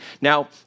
Now